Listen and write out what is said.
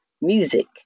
music